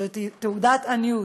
זאת תעודת עניות.